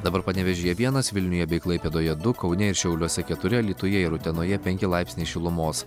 dabar panevėžyje vienas vilniuje bei klaipėdoje du kaune ir šiauliuose keturi alytuje ir utenoje penki laipsniai šilumos